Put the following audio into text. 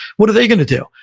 what are they going to do?